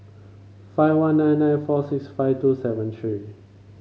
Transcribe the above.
five one nine nine four six five two seven three